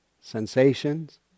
sensations